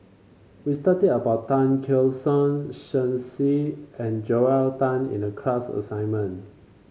we studied about Tan Keong Saik Shen Xi and Joel Tan in the class assignment